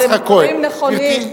דברים נכונים.